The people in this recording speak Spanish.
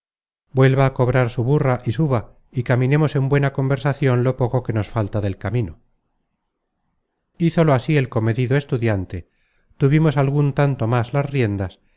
vuelva á cobrar su burra y suba y caminemos en buena conversacion lo poco que nos falta del camino hízolo así el comedido estudiante tuvimos algun tanto más las riendas